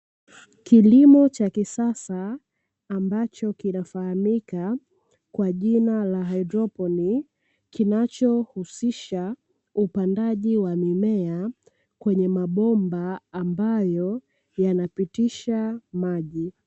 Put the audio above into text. Kilimo cha kisasa ambacho kinafahamika kwa jina la haidroponi, kinachohusisha upandaji wa mimea kwenye mabomba ambayo yanapitisha maji.